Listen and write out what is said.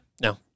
No